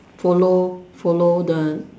follow follow the